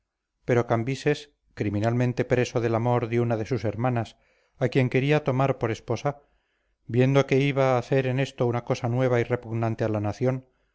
pero cambises criminalmente preso del amor de una de sus hermanas a quien quería tomar por esposa viendo que iba a hacer en esto una cosa nueva y repugnante a la nación